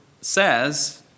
says